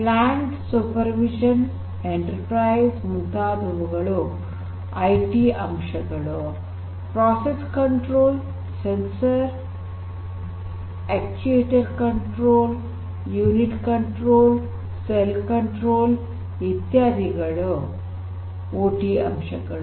plant supervision enterprise ಮುಂತಾದವು IT ಅಂಶಗಳು process control sensor actuator control unit control cell control ಮುಂತಾದವು OT ಅಂಶಗಳು